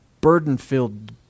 burden-filled